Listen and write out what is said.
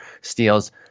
steals